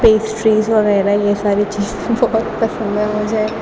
pastries وغیرہ یہ ساری چیزیں بہت پسند ہیں مجھے